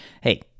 Hey